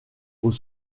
aux